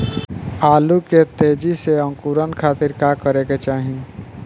आलू के तेजी से अंकूरण खातीर का करे के चाही?